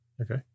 Okay